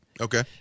Okay